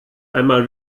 einmal